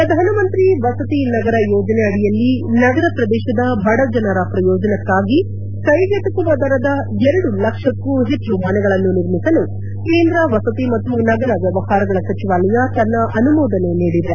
ಪ್ರಧಾನಮಂತ್ರಿ ವಸತಿ ನಗರ ಯೋಜನೆ ಅಡಿಯಲ್ಲಿ ನಗರ ಪ್ರದೇಶದ ಬಡ ಜನರ ಪ್ರಯೋಜನಕ್ಕಾಗಿ ಕೈಗೆಟಕುವ ದರದ ಎರಡು ಲಕ್ಷಕ್ಕೂ ಹೆಚ್ಚು ಮನೆಗಳನ್ನು ನಿರ್ಮಿಸಲು ಕೇಂದ್ರ ವಸತಿ ಮತ್ತು ನಗರ ವ್ಯವಹಾರಗಳ ಸಚಿವಾಲಯ ತನ್ನ ಅನುಮೋದನೆ ನೀಡಿದೆ